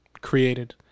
created